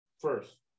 first